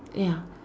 ya